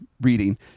reading